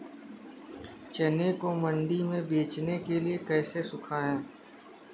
चने को मंडी में बेचने के लिए कैसे सुखाएँ?